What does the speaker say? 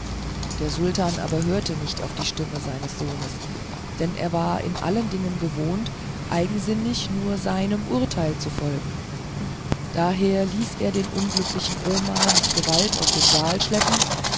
der sultan aber hörte nicht auf die stimme seines sohnes denn er war in allen dingen gewohnt eigensinnig nur seinem urteil zu folgen daher ließ er den unglücklichen omar mit gewalt aus dem saal schleppen